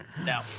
No